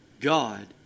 God